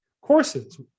courses